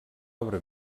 obra